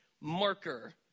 marker